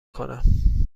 کنم